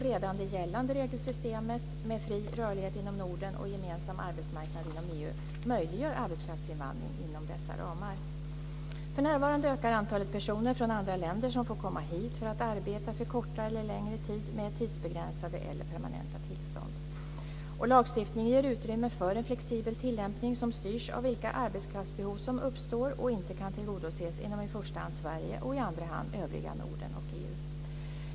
Redan det gällande regelsystemet med fri rörlighet inom Norden och gemensam arbetsmarknad inom EU möjliggör arbetskraftsinvandring inom dessa ramar. För närvarande ökar antalet personer från andra länder som får komma hit för att arbeta för kortare eller längre tid med tidsbegränsade eller permanenta tillstånd. Lagstiftningen ger utrymme för en flexibel tillämpning som styrs av vilka arbetskraftsbehov som uppstår och inte kan tillgodoses inom i första hand Sverige och i andra hand övriga Norden och EU.